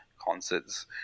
concerts